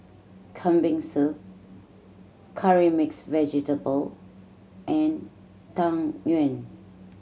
Kambing Soup Curry Mixed Vegetable and Tang Yuen